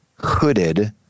hooded